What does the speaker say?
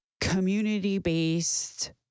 community-based